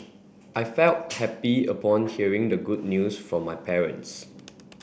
I felt happy upon hearing the good news from my parents